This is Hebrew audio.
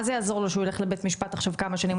מה זה יעזור לו שהוא ילך לבית משפט עכשיו כמה שנים?